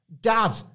Dad